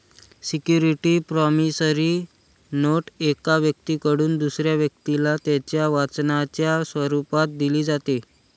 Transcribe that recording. security promissory note एका व्यक्तीकडून दुसऱ्या व्यक्तीला त्याच्या वचनाच्या स्वरूपात दिली जाते